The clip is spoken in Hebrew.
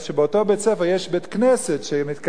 שבאותו בית-ספר יש בית-כנסת שמתקיים,